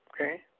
Okay